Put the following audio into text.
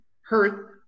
hurt